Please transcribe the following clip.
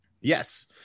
Yes